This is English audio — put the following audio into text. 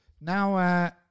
now